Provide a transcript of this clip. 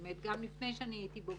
גם לפני שאני הייתי בו,